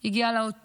הוא הגיע לעוטף,